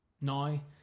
Now